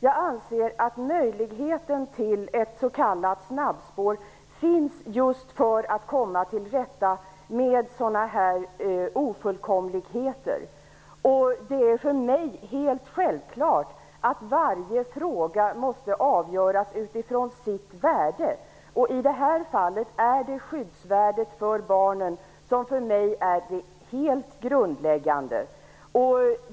Jag anser att möjligheten till ett s.k. snabbspår finns just för att man skall kunna komma till rätta med sådana här ofullkomligheter. Det är för mig helt självklart att varje fråga måste avgöras utifrån sitt värde, och i det här fallet är skyddsvärdet för barnen det helt grundläggande.